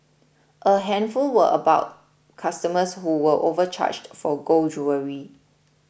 a handful were about customers who were overcharged for gold jewellery